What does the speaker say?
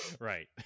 Right